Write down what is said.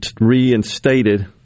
reinstated